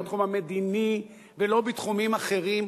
ולא בתחום המדיני ולא בתחומים אחרים,